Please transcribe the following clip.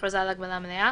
הכרזה על הגבלה מלאה),